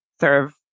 serve